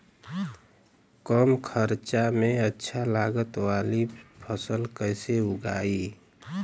कम खर्चा में अच्छा लागत वाली फसल कैसे उगाई?